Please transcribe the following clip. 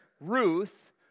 Ruth